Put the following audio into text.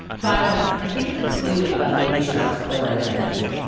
violence, i think it's a clue about baby shark's origins.